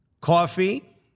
Coffee